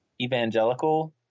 evangelical